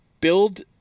build